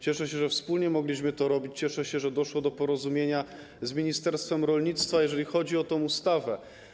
Cieszę się, że wspólnie mogliśmy to robić, cieszę się, że doszło do porozumienia z ministerstwem rolnictwa, jeżeli chodzi o tą ustawę.